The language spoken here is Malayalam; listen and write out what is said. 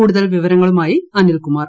കൂടുതൽ വിവരങ്ങളുമായി അനിൽകുമാർ